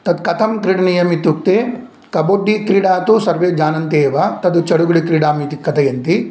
तत्कथं क्रीडनीयमित्युक्ते कबड्डिक्रीडा तु सर्वे जानन्ति एव तद् चडुगुडिक्रीडाम् इति कथयन्ति